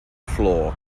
floor